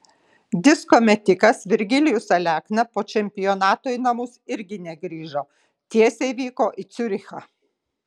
disko metikas virgilijus alekna po čempionato į namus irgi negrįžo tiesiai vyko į ciurichą